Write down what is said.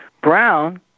Brown